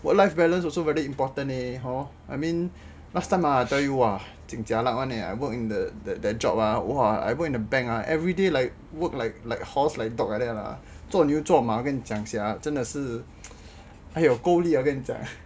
work life balance also very important leh hor I mean last time ah I tell you !wah! jin jialat [one] eh I work in that job ah !wah! I work in a bank ah everyday work like horse like dog like that lah 做牛做马我跟你讲 sia 真的是还有够力我跟你讲